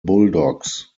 bulldogs